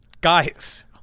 guys